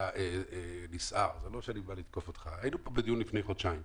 כולם יודעים איפה הרכב יוצר,